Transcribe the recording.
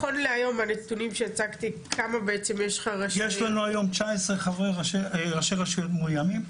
יש לנו היום 19 ראשי רשויות מאויימים,